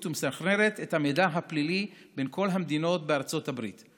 ומסנכרנת את המידע הפלילי בין כל המדינות בארצות הברית.